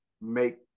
make